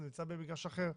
הוא נמצא במגרש אחר,